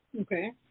Okay